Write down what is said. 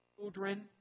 children